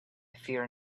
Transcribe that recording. fear